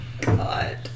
God